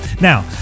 Now